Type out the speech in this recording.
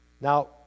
Now